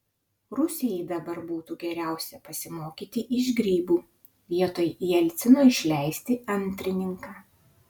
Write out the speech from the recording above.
rusijai dabar būtų geriausia pasimokyti iš grybų vietoj jelcino išleisti antrininką